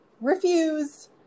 refuse